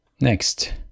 Next